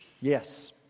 Yes